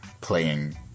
playing